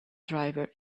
driver